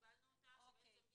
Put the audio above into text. --- יש שקיבלנו אותם שיש